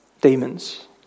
demons